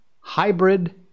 hybrid